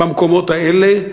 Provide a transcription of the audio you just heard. במקומות האלה,